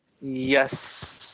yes